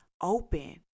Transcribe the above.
open